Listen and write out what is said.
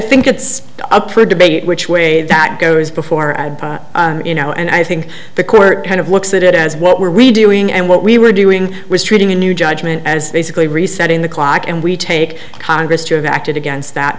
think it's up for debate which way that goes before and you know and i think the court kind of looks at it as what were we doing and what we were doing was treating a new judgment as basically resetting the clock and we take congress to have acted against that